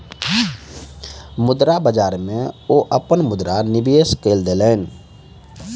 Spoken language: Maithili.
मुद्रा बाजार में ओ अपन मुद्रा निवेश कय देलैन